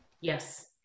Yes